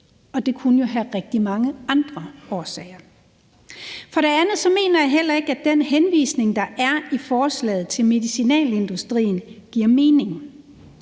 Det kunne jo have rigtig mange andre årsager. For det andet mener jeg heller ikke, at den henvisning, der er i forslaget, til medicinalindustrien, giver mening.